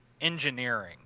engineering